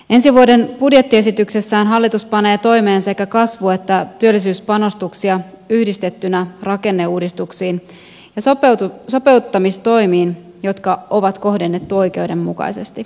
ensi vuoden budjettiesityksessään hallitus panee toimeen sekä kasvu että työllisyyspanostuksia yhdistettynä rakenneuudistuksiin ja sopeuttamistoimiin jotka on kohdennettu oikeudenmukaisesti